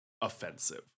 offensive